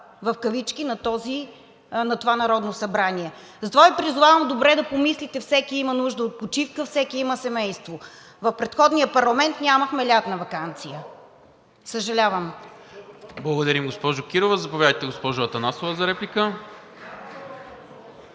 на работа на това Народно събрание. Затова Ви призовавам добре да помислите. Всеки има нужда от почивка, всеки има семейство. В предходния парламент нямахме лятна ваканция. Съжалявам. ПРЕДСЕДАТЕЛ НИКОЛА МИНЧЕВ: Благодаря, госпожо Кирова. Заповядайте, госпожо Атанасова, за реплика.